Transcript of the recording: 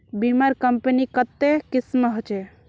बीमार कंपनी कत्ते किस्म होछे